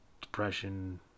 Depression